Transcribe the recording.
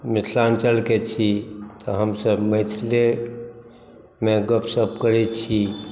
मिथिलाञ्चलके छी तऽ हमसभ मैथिलेमे गपशप करैत छी